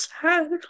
sad